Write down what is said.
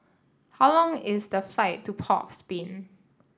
how long is the flight to Port of Spain